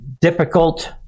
difficult